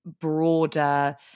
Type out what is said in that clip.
broader